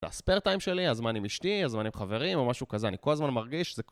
זה הספייר טיים שלי, הזמן עם אשתי, הזמן עם חברים, או משהו כזה. אני כל הזמן מרגיש שזה...